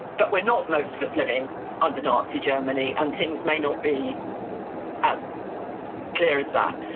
but we're not, most of us, living under nazi germany, and things may not be as clear as that.